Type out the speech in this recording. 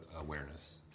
awareness